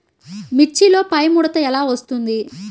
మిర్చిలో పైముడత ఎలా వస్తుంది?